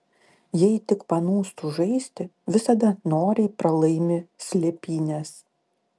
jei tik panūstu žaisti visada noriai pralaimi slėpynes